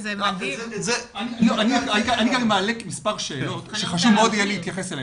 אני מעלה מספר שאלות שחשוב להתייחס אליהן.